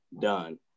done